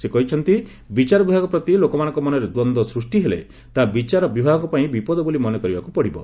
ସେ କହିଛନ୍ତି ବିଚାର ବିଭାଗ ପ୍ରତି ଲୋକମାନଙ୍କ ମନରେ ଦ୍ୱନ୍ଦ୍ୱ ସୃଷ୍ଟିହେଲେ ତାହା ବିଚାର ବିଭାଗପାଇଁ ବିପଦ ବୋଲି ମନେକରିବାକୁ ପଡ଼ିବ